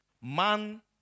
man